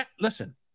Listen